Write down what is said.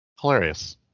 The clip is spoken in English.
Hilarious